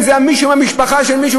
אם זה היה מישהו מהמשפחה של מישהו,